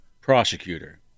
prosecutor